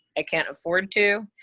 i can't afford to.